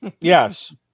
Yes